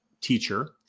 teacher